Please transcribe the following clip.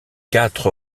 quatre